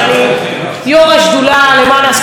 השדולה למען ההשכלה הגבוהה והסטודנטים,